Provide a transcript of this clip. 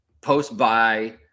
post-buy